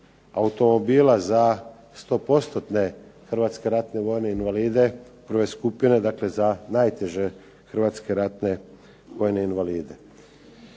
automobila za 100%-ne Hrvatske ratne vojne invalide prve skupine, dakle za najteže Hrvatske ratne vojne invalide.